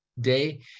day